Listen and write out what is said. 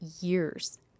years